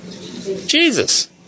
Jesus